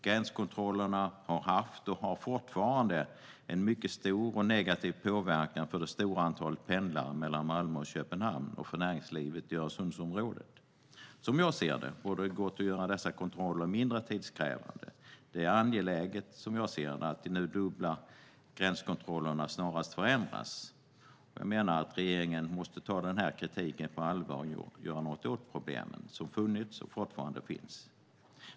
Gränskontrollerna har haft och har fortfarande mycket stor och negativ påverkan för det stora antalet pendlare mellan Malmö och Köpenhamn och för näringslivet i Öresundsområdet. Som jag ser det borde det gå att göra dessa kontroller mindre tidskrävande. Det är angeläget att de nu dubbla gränskontrollerna snarast förändras, och jag menar att regeringen måste ta den här kritiken på allvar och göra något åt problemen som funnits och fortfarande finns.